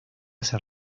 ser